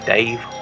Dave